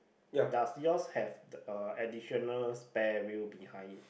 does yours have the a additional spare wheel behind it